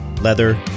leather